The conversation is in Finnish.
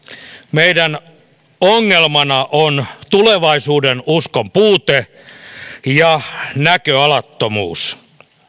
meidän ongelmanamme on tulevaisuudenuskon puute ja näköalattomuus